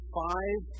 five